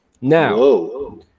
Now